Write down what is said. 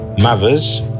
mothers